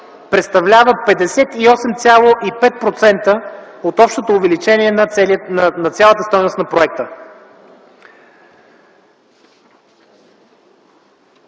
представлява 58,5% от общото увеличение на цялата стойност на проекта.